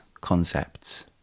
concepts